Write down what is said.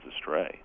astray